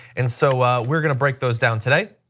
and so we are going to break those down today.